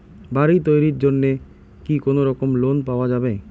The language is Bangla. বাড়ি তৈরির জন্যে কি কোনোরকম লোন পাওয়া যাবে?